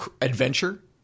adventure